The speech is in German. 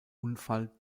unfall